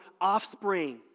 offspring